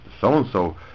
So-and-so